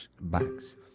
bank's